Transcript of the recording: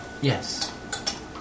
Yes